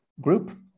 group